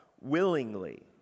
willingly